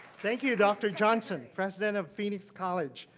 thank you, dr. johnson, president of phoenix college.